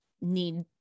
need